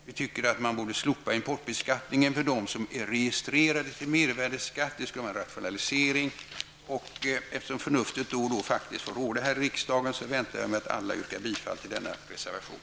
Vi tycker att man borde slopa importbeskattningen för dem som är registrerade till mervärdeskatt. Det skulle innebära en rationalisering, och eftersom förnuftet då och då faktiskt får råda här i riksdagen förväntar jag mig att alla yrkar bifall till denna reservation.